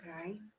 Okay